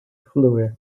flue